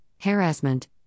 harassment